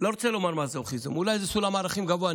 לא רוצה לומר "עם המזוכיזם"; אולי זה סולם ערכים גבוה,